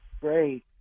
Great